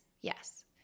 yes